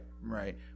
right